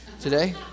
today